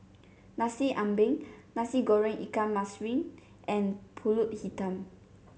Nasi Ambeng Nasi Goreng Ikan Masin and pulut Hitam